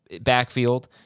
backfield